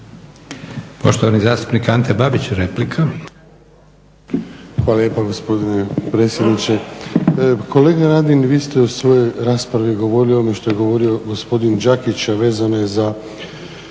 Poštovani zastupnik Ante Babić replika. **Babić, Ante (HDZ)** Hvala lijepa gospodine predsjedniče. Kolega Radin, vi ste u svojoj raspravi govorili ono što je govorio gospodin Đakić a vezano je za